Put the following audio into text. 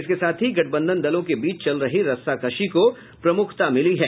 इसके साथ ही गठबंधन दलों के बीच चल रही रस्साकसी को प्रमुखता मिली है